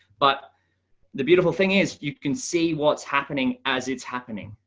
but the beautiful thing is, you can see what's happening as it's happening.